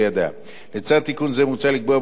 לצד תיקון זה מוצע לקבוע הוראות שמטרתן